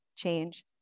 change